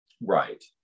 Right